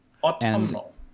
Autumnal